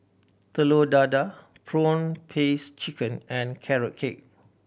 Telur Dadah prawn paste chicken and Carrot Cake